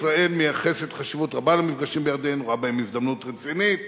ישראל מייחסת חשיבות רבה למפגשים בירדן ורואה בהם הזדמנות רצינית